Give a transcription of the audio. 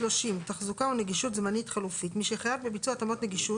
תחזוקה ונגישות זמנית חלופית 30. (א)מי שחייב בביצוע התאמות נגישות